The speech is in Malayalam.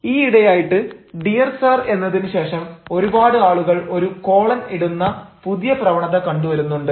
ഈയിടെയായിട്ട് ഡിയർ സാർ എന്നതിന് ശേഷം ഒരുപാട് ആളുകൾ ഒരു കോളൻ ഇടുന്ന പുതിയ പ്രവണത കണ്ടു വരുന്നുണ്ട്